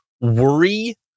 worry